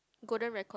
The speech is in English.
golden record